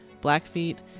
Blackfeet